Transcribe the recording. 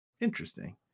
Interesting